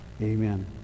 Amen